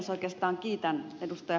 oikeastaan kiitän ed